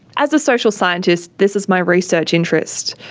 as a social scientist, this is my research interest.